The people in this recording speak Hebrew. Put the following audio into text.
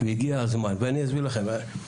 והגיע הזמן ואני אסביר לכם.